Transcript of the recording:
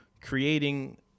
creating